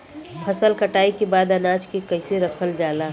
फसल कटाई के बाद अनाज के कईसे रखल जाला?